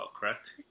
correct